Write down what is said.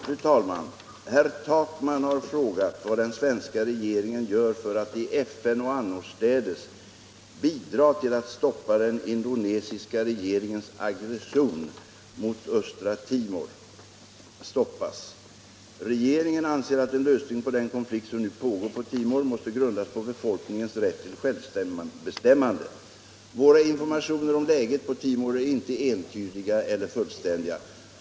Fru talman! Herr Takman har frågat vad den svenska regeringen gör för att i FN och annorstädes bidra till att den indonesiska regeringens aggression mat östre Timor stoppas. Regeringen anser att en lösning på den konflikt som nu pågår på Timor måste grundas på befolkningens rätt till självbestämmande. Våra informationer om läget på Timor är inte entydiga eller fullständiga.